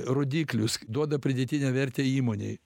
rodiklius duoda pridėtinę vertę įmonei